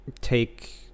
Take